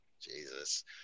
Jesus